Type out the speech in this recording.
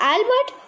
Albert